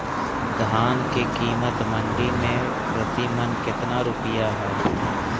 धान के कीमत मंडी में प्रति मन कितना रुपया हाय?